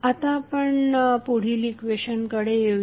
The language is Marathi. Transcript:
आता आपण पुढील इक्वेशनकडे येऊ या